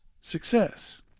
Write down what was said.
success